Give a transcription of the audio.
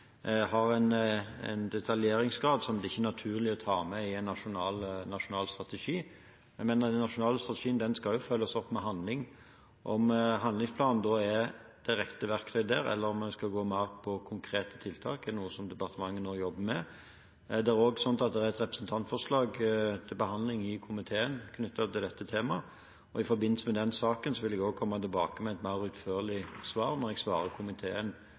har en detaljeringsgrad som det ikke er naturlig å ta med i en nasjonal strategi. Men den nasjonale strategien skal følges opp med handling. Om en handlingsplan da er det rette verktøyet, eller om en skal gå mer på konkrete tiltak, er noe departementet nå jobber med. Det er også et representantforslag til behandling i komiteen knyttet til dette temaet, og i forbindelse med den saken vil jeg også komme tilbake med et mer utførlig svar til komiteen om det representantforslaget. Men jeg